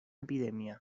epidemia